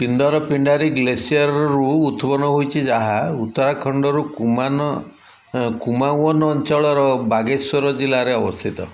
ପିନ୍ଦର ପିଣ୍ଡାରୀ ଗ୍ଲେସିୟାରରୁ ଉତ୍ପନ୍ନ ହୋଇଛି ଯାହା ଉତ୍ତରାଖଣ୍ଡରୁ କୁମାନ କୁମାଓନ ଅଞ୍ଚଳର ବାଗେଶ୍ୱର ଜିଲ୍ଲାରେ ଅବସ୍ଥିତ